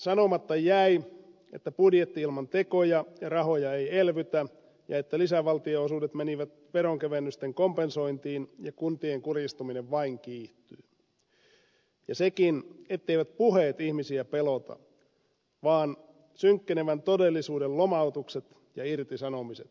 sanomatta jäi että budjetti ilman tekoja ja rahoja ei elvytä ja että lisävaltionosuudet menivät veronkevennysten kompensointiin ja kuntien kurjistuminen vain kiihtyy ja sekin etteivät puheet ihmisiä pelota vaan synkkenevän todellisuuden lomautukset ja irtisanomiset kasvava työttömyys